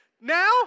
Now